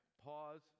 pause